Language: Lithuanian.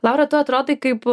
laura tu atrodai kaip